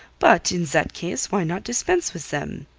but in that case why not dispense with them?